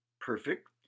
perfect